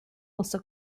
also